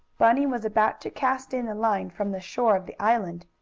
bunny was about to cast in the line from the shore of the island,